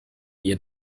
ihr